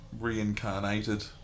reincarnated